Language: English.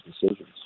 decisions